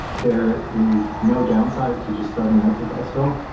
there is no downside to just starting out with expo.